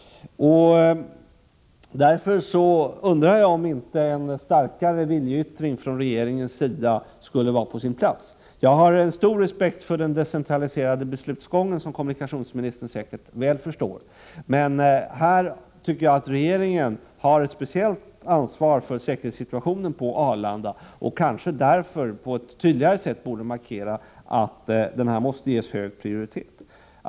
Därför undrar jag om inte en starkare viljeyttring från regeringens sida skulle vara på sin plats. Jag har stor respekt för den decentraliserade beslutsgången, som kommunikationsministern säkert väl förstår. Men jag tycker att regeringen har ett speciellt ansvar för säkerhetssituationen på Arlanda och borde kanske därför på ett tydligare sätt markera att bron måste ges hög prioritet.